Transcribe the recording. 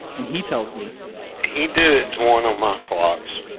and he tells me he did it to one of my clocks